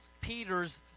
Peter's